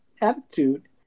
attitude